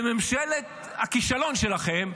בממשלת הכישלון שלכם,